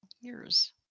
Years